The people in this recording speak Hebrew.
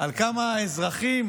על כמה האזרחים